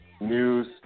News